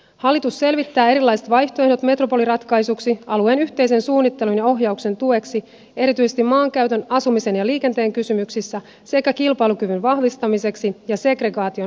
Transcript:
hallitus selvittää erilaiset vaihtoehdot metropoliratkaisuksi alueen yhteisen suunnittelun ja ohjauksen tueksi erityisesti maankäytön asumisen ja liikenteen kysymyksissä sekä kilpailukyvyn vahvistamiseksi ja segregaation ehkäisemiseksi